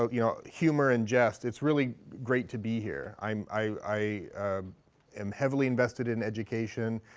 ah you know, humor and jest, it's really great to be here. i am heavily invested in education.